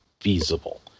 feasible